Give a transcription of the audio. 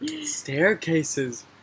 Staircases